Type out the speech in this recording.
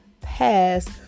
past